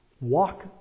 Walk